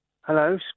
Hello